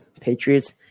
Patriots